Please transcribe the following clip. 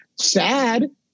sad